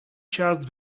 část